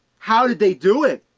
how did they do it?